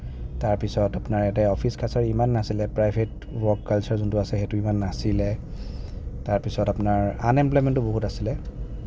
তাৰপিছত আপোনাৰ ইয়াতে অফিচ কাছাৰী ইমান নাছিলে প্ৰাইভেট ৱৰ্ক কালচাৰ যোনটো আছে সেইটো ইমান নাছিলে তাৰপিছত আপোনাৰ আনএম্প্লয়মেণ্টো বহুত আছিলে